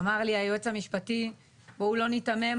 אמר לי היועץ המשפטי בואו לא ניתמם,